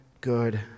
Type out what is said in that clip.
good